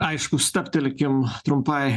aišku stabtelkim trumpai